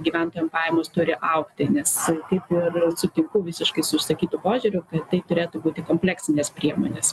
gyventojam pajamos turi augti nes kaip ir sutinku visiškai su išsakytu požiūriu kad tai turėtų būti kompleksinės priemonės